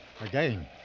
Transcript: Again